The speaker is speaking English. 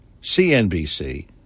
CNBC